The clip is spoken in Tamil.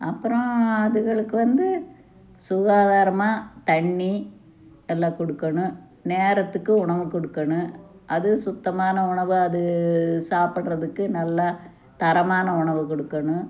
அப்பறம் அதுகங்ளுக்கு வந்து சுகாதாரமாக தண்ணி எல்லாம் கொடுக்கணும் நேரத்துக்கு உணவு கொடுக்கணும் அது சுத்தமான உணவாக அது சாப்புடுறதுக்கு நல்லா தரமான உணவு கொடுக்கணும்